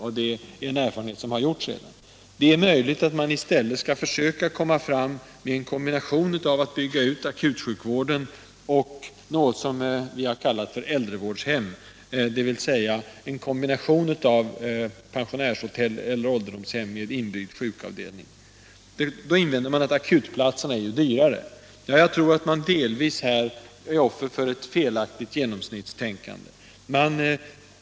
Det är en erfarenhet som man redan har gjort på många håll. Det är möjligt att man i stället bör försöka komma fram till en kombination av akutsjukvård och någonting som vi kallar äldrevårdshem, dvs. en kombination av pensionärshotell eller ålderdomshem med inbyggd sjukavdelning. Man invänder då att akutplatserna är dyrare. Jag tror att man här delvis är offer för ett felaktigt genomsnittstänkande.